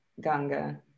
ganga